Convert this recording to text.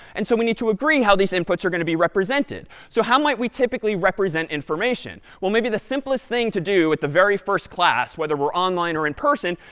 and so we need to agree how these inputs are going to be represented. so how might we typically represent information? well, maybe the simplest thing to do at the very first class, whether we're online or in person,